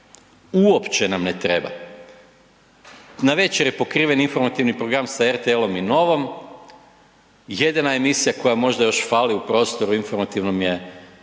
uopće nam ne treba. Navečer je pokriven informativni program sa RTL-om i Novom, jedina emisija koja možda još fali u prostoru informativnom je